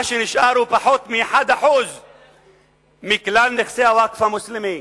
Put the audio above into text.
מה שנשאר הוא פחות מ-1% מכלל נכסי הווקף המוסלמי.